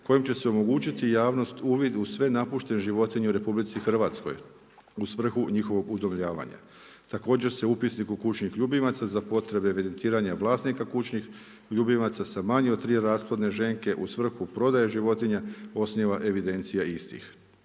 kojim će se omogućiti javnost uvid u sve napuštene životinje u RH u svrhu njihovog udomljavanja. Također se u upisnik kućnih ljubimaca za potrebe …/Govornik se ne razumije./… vlasnika kućnih ljubimaca, sa manje od 3 rasplodne ženke u svrhu prodaje životinja, osniva evidencija istih.